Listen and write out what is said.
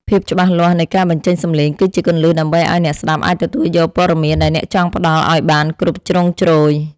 ភាពច្បាស់លាស់នៃការបញ្ចេញសំឡេងគឺជាគន្លឹះដើម្បីឱ្យអ្នកស្តាប់អាចទទួលយកព័ត៌មានដែលអ្នកចង់ផ្តល់ឱ្យបានគ្រប់ជ្រុងជ្រោយ។